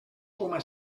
coma